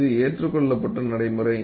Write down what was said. இது ஏற்றுக்கொள்ளப்பட்ட நடைமுறை